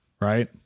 Right